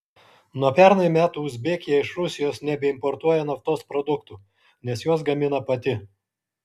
nuo pernai metų uzbekija iš rusijos nebeimportuoja naftos produktų nes juos gamina pati